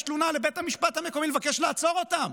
תלונה לבית המשפט המקומי ולבקש לעצור אותם.